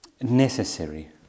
necessary